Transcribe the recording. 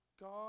God